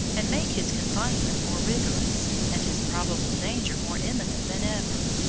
and make his confinement more rigorous, and his probable danger more imminent than ever.